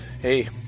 hey